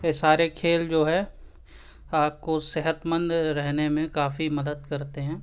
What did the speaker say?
یہ سارے کھیل جو ہے آپ کو صحت مند رہنے میں کافی مدد کرتے ہیں